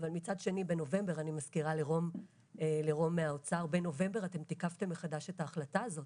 אבל אני מזכירה לרום מהאוצר שבנובמבר אתם תיקפתם מחדש את ההחלטה הזאת.